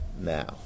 Now